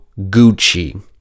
Gucci